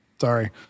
Sorry